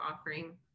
offering